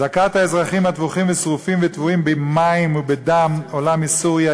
זעקת האזרחים הטבוחים ושרופים וטבועים במים ובדם עולה מסוריה,